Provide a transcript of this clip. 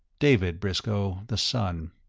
david briscoe the son.